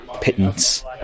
pittance